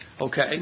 Okay